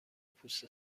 پوست